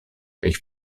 kaj